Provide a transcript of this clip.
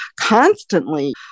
constantly